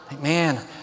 Man